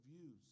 views